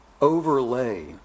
overlay